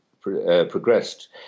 progressed